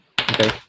Okay